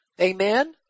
amen